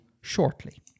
shortly